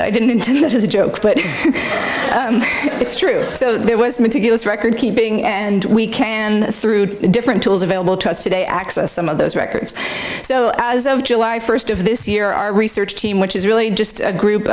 i didn't mean it as a joke but it's true so there was meticulous record keeping and we can through the different tools available to us today access some of those records so as of july first of this year our research team which is really just a group